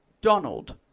Donald